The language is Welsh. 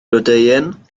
blodeuyn